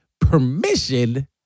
permission